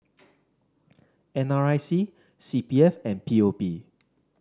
N R I C C P F and P O P